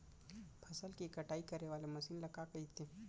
फसल की कटाई करे वाले मशीन ल का कइथे?